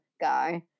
guy